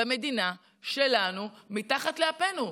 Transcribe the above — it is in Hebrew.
במדינה שלנו, מתחת לאפנו.